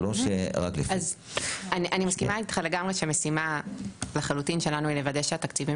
אני מסכימה איתך לגמרי שהמשימה לחלוטין שלנו היא לוודא שהתקציבים